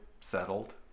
settled